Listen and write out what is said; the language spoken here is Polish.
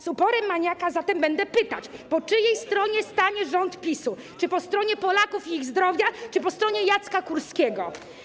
Z uporem maniaka zatem będę pytać: Po czyjej stronie stanie rząd PiS-u, czy po stronie Polaków i ich zdrowia, czy po stronie Jacka Kurskiego?